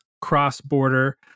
cross-border